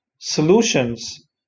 solutions